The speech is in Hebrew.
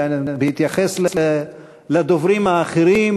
ובהתייחס לדוברים האחרים,